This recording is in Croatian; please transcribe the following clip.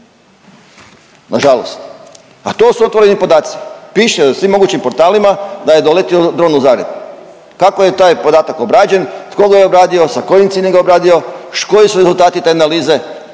nažalost, a to su otvoreni podaci. Piše na svim mogućim portalima da je doleti dron u Zagreb, kako je taj podatak obrađen, tko ga je obradio, sa kojim ciljem je njega obradio, koji su rezultati te analize,